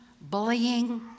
bullying